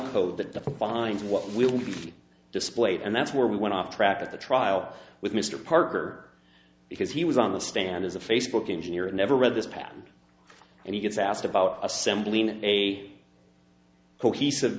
code that defines what will be displayed and that's where we went off track at the trial with mr parker because he was on the stand as a facebook engineer and never read this patent and he gets asked about assembling a cohesive